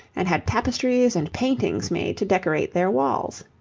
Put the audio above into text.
and had tapestries and paintings made to decorate their walls.